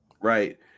Right